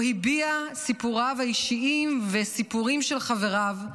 שבו הביא את סיפוריו האישיים וסיפורים של חבריו,